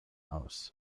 aus